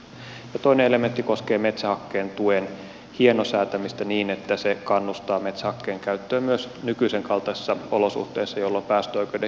toinen elementti koskee metsähakkeen tuen hienosäätämistä niin että se kannustaa metsähakkeen käyttöön myös nykyisen kaltaisissa olosuhteissa jolloin päästöoikeuden hinta on hyvin alamaissa